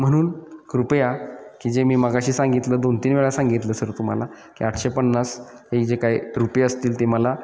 म्हणून कृपया की जे मी मगाशी सांगितलं दोन तीन वेळा सांगितलं सर तुम्हाला की आठशे पन्नास हे जे काही रुपये असतील ते मला